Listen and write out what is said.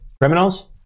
criminals